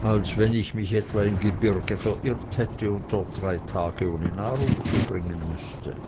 als wenn ich mich etwa im gebirge verirrt hätte und dort drei tage ohne nahrung zubringen müßte